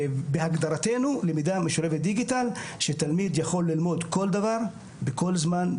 בהגדרתנו למידה משולבת דיגיטל שתלמיד יכול ללמוד כל דבר בכל זמן,